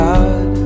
God